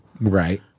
Right